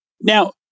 Now